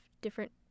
different